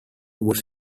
was